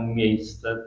miejsce